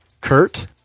Kurt